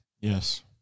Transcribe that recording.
Yes